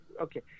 Okay